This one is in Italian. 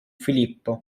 filippo